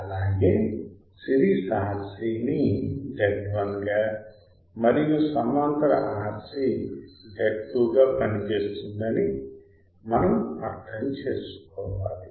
అలాగే series RC ను Z1 గా మరియు సమాంతర RC Z2 గా పనిచేస్తుందని మనం అర్థం చేసుకోవాలి